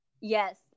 yes